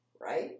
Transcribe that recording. right